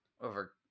Over